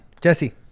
Jesse